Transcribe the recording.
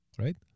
right